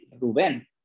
Ruben